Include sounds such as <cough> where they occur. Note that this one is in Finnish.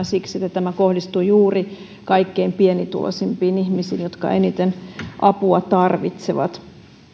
<unintelligible> siksi että tämä kohdistuu juuri kaikkein pienituloisimpiin ihmisiin jotka eniten apua tarvitsevat